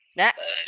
next